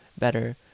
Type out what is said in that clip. better